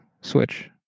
switch